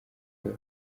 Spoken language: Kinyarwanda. kuko